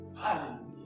Hallelujah